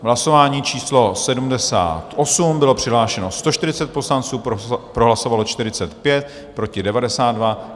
V hlasování číslo 78 bylo přihlášeno 140 poslanců, pro hlasovalo 45, proti 92.